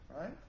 right